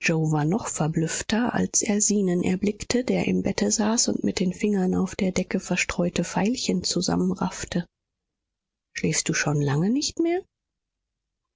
yoe war noch verblüffter als er zenon erblickte der im bette saß und mit den fingern auf der decke verstreute veilchen zusammenraffte schläfst du schon lange nicht mehr